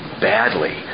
badly